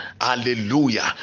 hallelujah